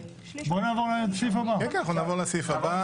כן, אנחנו נעבור לסעיף הבא.